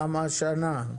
למה שנה?